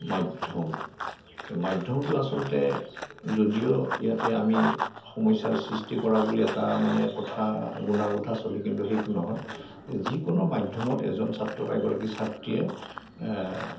মাধ্যম মাধ্যমটো আচলতে যদিও ইয়াতে আমি সমস্যাৰ সৃষ্টি কৰা বুলি এটা মানে কথা গুণাগথা চলে কিন্তু সেইটো নহয় যিকোনো মাধ্যমত এজন ছাত্ৰ বা এগৰাকী ছাত্ৰীয়ে